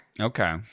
Okay